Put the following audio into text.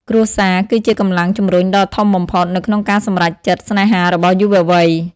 គ្រួសារ គឺជាកម្លាំងជំរុញដ៏ធំបំផុតនៅក្នុងការសម្រេចចិត្តស្នេហារបស់យុវវ័យ។